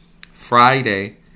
Friday